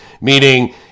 Meaning